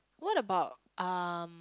what about um